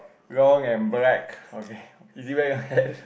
long and black okay is he wearing a hat